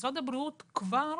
משרד הבריאות כבר